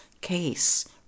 case